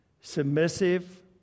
submissive